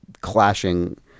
clashing